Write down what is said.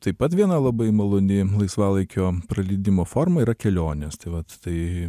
taip pat viena labai maloni laisvalaikio praleidimo forma yra kelionės tai vat tai